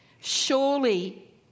Surely